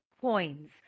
coins